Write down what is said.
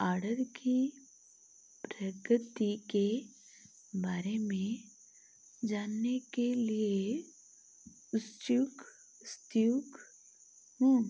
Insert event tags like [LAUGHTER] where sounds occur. order की प्रकृति के बारे में जानने के लिए उससे [UNINTELLIGIBLE] हूँ